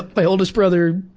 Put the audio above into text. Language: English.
my oldest brother,